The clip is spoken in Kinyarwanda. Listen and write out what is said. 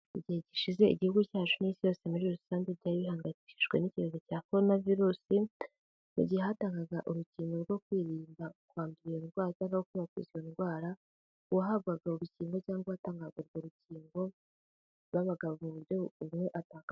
Mu gihe gishize igihugu cyacu n'isi yose muri rusange byari bihangayikishijwe n'icyorezo cya Korona virus, mu gihe hatangwaga urukingo rwo kwirinda kwandura indwara no gukwirakwiza iyo ndwara, uwahabwaga urukingo cyangwa uwatangaga urwo rukingo byabaga mu buryo buri umwe ataza...